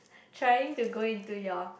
trying to go into your